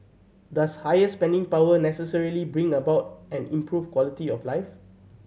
does higher spending power necessarily bring about an improved quality of life